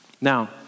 Now